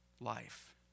life